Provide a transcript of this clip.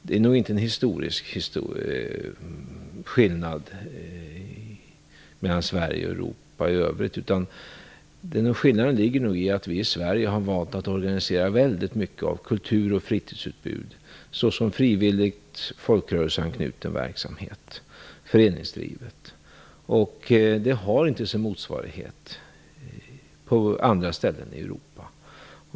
Det är nog inte en historisk skillnad mellan Sverige och Europa i övrigt, utan skillnaden ligger nog i att vi i Sverige har valt att organisera väldigt mycket av kultur och fritidsutbud såsom frivilligt folkrörelseanknuten verksamhet. Det har inte sin motsvarighet på andra ställen i Europa.